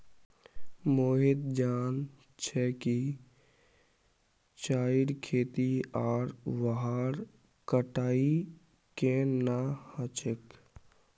मोहित जान छ कि चाईर खेती आर वहार कटाई केन न ह छेक